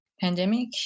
pandemic